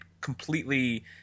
completely